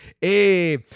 Hey